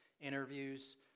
interviews